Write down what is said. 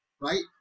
right